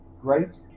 great